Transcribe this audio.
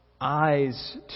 eyes